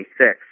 26